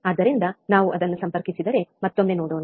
ಆದ್ದರಿಂದ ನಾವು ಅದನ್ನು ಸಂಪರ್ಕಿಸಿದರೆ ಮತ್ತೊಮ್ಮೆ ನೋಡೋಣ